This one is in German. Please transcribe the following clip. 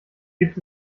gibt